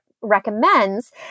Recommends